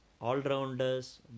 All-Rounders